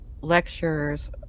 lectures